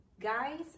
guys